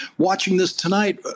watching this tonight, but